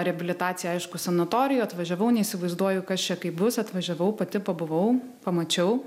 reabilitacija aišku sanatorijoj atvažiavau neįsivaizduoju kas čia kaip bus atvažiavau pati pabuvau pamačiau